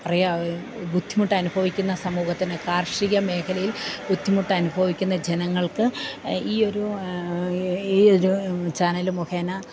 പറയാം ബുദ്ധിമുട്ട് അനുഭവിക്കുന്ന സമൂഹത്തിന് കാർഷിക മേഖലയിൽ ബുദ്ധിമുട്ട് അനുഭവിക്കുന്ന ജനങ്ങൾക്ക് ഈ ഒരു ഈ ഒരു ചാനലു മുഖേന